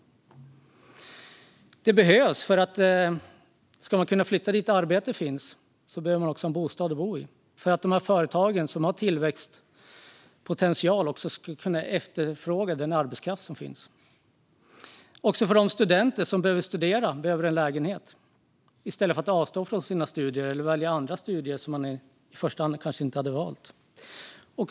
Sådana behövs, för att om man ska kunna flytta dit där arbete finns behöver man också ha en bostad. Företag med tillväxtpotential ska kunna efterfråga den arbetskraft som finns. Studenter behöver en lägenhet i stället för att avstå från studier eller välja andra studier som man kanske inte hade valt i första hand.